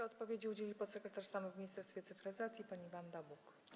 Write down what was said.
Odpowiedzi udzieli podsekretarz stanu w Ministerstwie Cyfryzacji pani Wanda Buk.